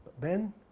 Ben